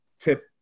tip